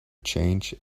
change